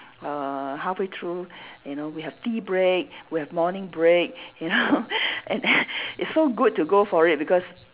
uh half way through you know we have tea break we have morning break ya and it's so good to go for it because